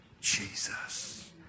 Jesus